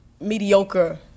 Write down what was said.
mediocre